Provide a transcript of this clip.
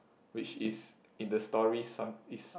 which is in the stories some is